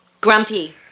Grumpy